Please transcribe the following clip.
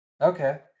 Okay